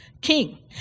king